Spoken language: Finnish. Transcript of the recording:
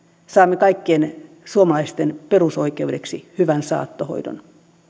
saamme kaikkien suomalaisten perusoikeudeksi hyvän saattohoidon